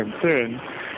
Concern